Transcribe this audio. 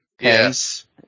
Yes